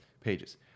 Pages